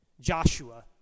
Joshua